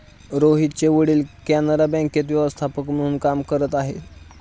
रोहितचे वडील कॅनरा बँकेत व्यवस्थापक म्हणून काम करत आहे